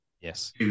yes